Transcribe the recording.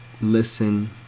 Listen